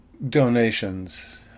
donations